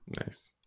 Nice